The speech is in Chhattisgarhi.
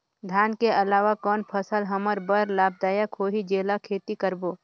धान के अलावा कौन फसल हमर बर लाभदायक होही जेला खेती करबो?